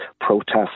protests